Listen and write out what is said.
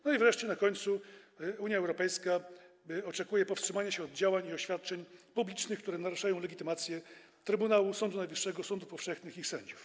No i Unia Europejska oczekuje powstrzymania się od działań i oświadczeń publicznych, które naruszają legitymację trybunału, Sądu Najwyższego, sądów powszechnych i sędziów.